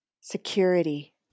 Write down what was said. security